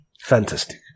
fantastic